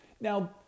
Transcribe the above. Now